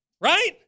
right